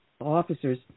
officers